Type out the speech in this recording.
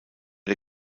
der